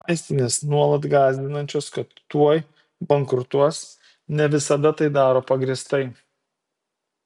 vaistinės nuolat gąsdinančios kad tuoj bankrutuos ne visada tai daro pagrįstai